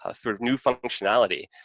ah sort of new functionality.